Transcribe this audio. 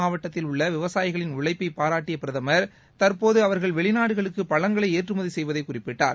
மாவட்டத்தில் உள்ள விவசாயிகளின் உழழப்பை பாராட்டிய பிரதமர் தற்போது அவர்கள் கட்ச் வெளிநாடுகளுக்கு பழங்களை ஏற்றுமதி செய்வதை குறிப்பிட்டார்